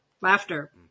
Laughter